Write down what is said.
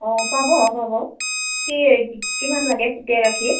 অঁ পাব পাব কি কিমান লাগে গাখীৰ